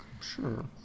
sure